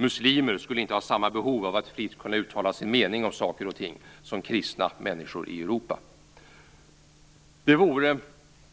Muslimer skulle inte ha samma behov av att fritt kunna uttala sin mening om saker och ting som kristna människor i Europa. Det vore,